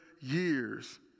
years